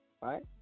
right